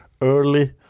early